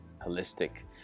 holistic